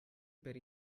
per